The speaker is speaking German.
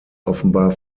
offenbar